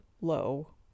low